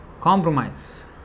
compromise